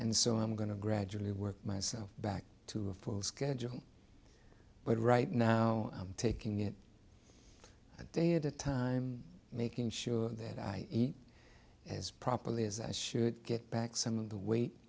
and so i'm going to gradually work myself back to a full schedule but right now i'm taking it a day at a time making sure that i eat as properly as i should get back some of the weight